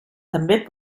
també